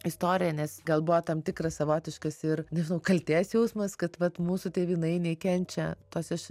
istorija nes gal buvo tam tikras savotiškas ir nežinau kaltės jausmas kad vat mūsų tėvynainiai kenčia tose